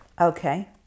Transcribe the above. Okay